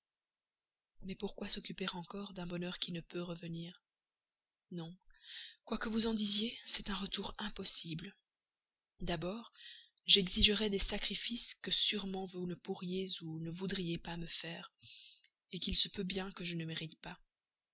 mais pourquoi s'occuper encore d'un bonheur qui ne peut revenir non quoi que vous en disiez c'est un retour impossible d'abord j'exigerais des sacrifices que sûrement vous ne pourriez ou ne voudriez pas faire qu'il se peut bien que je ne mérite pas